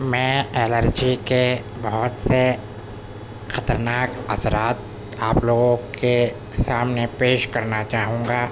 میں الرجی کے بہت سے خطرناک اثرات آپ لوگوں کے سامنے پیش کرنا چاہوں گا